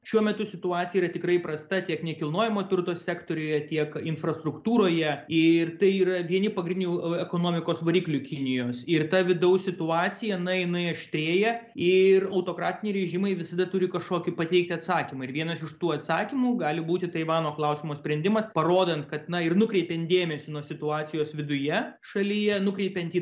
šiuo metu situacija yra tikrai prasta tiek nekilnojamo turto sektoriuje tiek infrastruktūroje ir tai yra vieni pagrindinių ekonomikos variklių kinijos ir ta vidaus situacija na jinai aštrėja ir autokratiniai režimai visada turi kažkokį pateikti atsakymą ir vienas iš tų atsakymų gali būti taivano klausimo sprendimas parodant kad na ir nukreipian dėmesį nuo situacijos viduje šalyje nukreipiant į